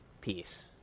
peace